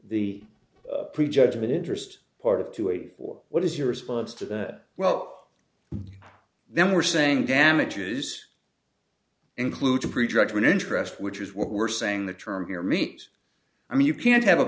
exclude the pre judgment interest part of two eighty four what is your response to that well then we're saying damages include to pre judge when interest which is what we're saying the term here means i mean you can't have